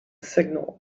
signal